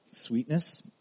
sweetness